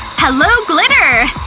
hello, glitter!